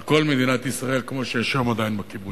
על כל מדינת ישראל, כמו שיש עדיין בקיבוצים.